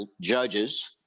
judges